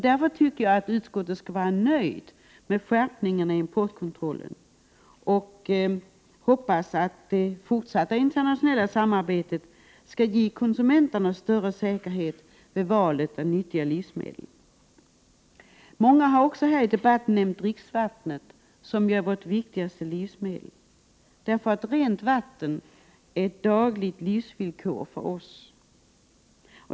Därför tycker jag att man i utskottet bör vara nöjd med skärpningen av importkontrollen. Jag hoppas att det fortsatta internationella samarbetet skall ge konsumenterna större säkerhet vid valet av nyttiga livsmedel. Många har i debatten också nämnt dricksvattnet, som ju är vårt viktigaste livsmedel. Rent vatten är ett dagligt livsvillkor för oss.